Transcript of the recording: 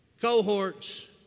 cohorts